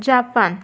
Japan